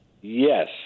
Yes